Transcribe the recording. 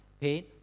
Pain